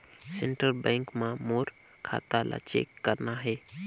Central bank मां मोर खाता ला चेक करना हे?